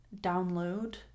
download